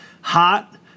hot